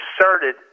inserted